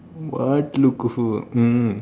what look who mm